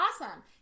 Awesome